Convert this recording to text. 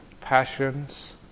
passions